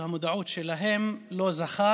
כנסת